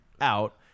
out